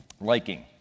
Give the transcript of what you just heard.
liking